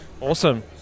awesome